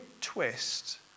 twist